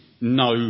no